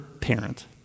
parent